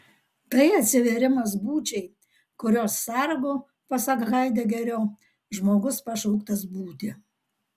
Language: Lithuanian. tai atsivėrimas būčiai kurios sargu pasak haidegerio žmogus pašauktas būti